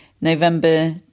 November